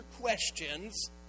questions